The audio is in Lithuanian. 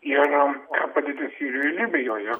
ir padėtis ir libijoje